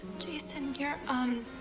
jason, you're, um